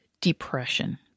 depression